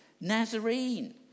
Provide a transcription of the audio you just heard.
Nazarene